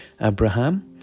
Abraham